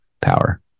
power